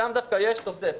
שם דווקא יש תוספת.